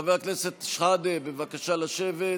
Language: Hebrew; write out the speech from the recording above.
חבר הכנסת שחאדה, בבקשה לשבת.